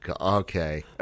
Okay